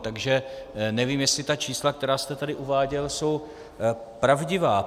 Takže nevím, jestli ta čísla, která jste tady uváděl, jsou pravdivá.